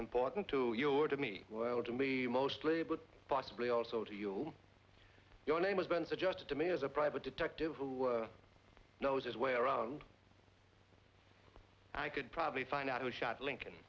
important to you or to me well to me mostly but possibly also to you your name has been suggested to me as a private detective who knows his way around i could probably find out who shot lincoln